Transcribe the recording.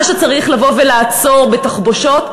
מה שצריך לבוא ולעצור בתחבושות,